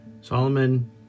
Solomon